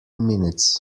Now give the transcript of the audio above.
minutes